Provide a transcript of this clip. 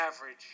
average